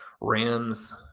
Rams